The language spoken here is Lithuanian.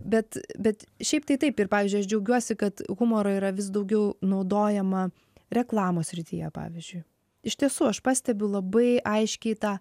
bet bet šiaip tai taip ir pavyzdžiui aš džiaugiuosi kad humoro yra vis daugiau naudojama reklamos srityje pavyzdžiui iš tiesų aš pastebiu labai aiškiai tą